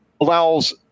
allows